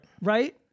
Right